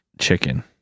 chicken